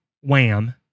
Wham